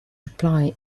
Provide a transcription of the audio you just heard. reply